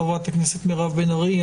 חברת הכנסת מירב בן ארי,